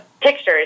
Pictures